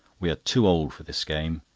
we are too old for this game.